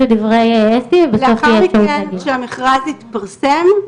כשהמכרז התפרסם,